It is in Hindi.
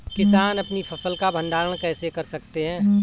किसान अपनी फसल का भंडारण कैसे कर सकते हैं?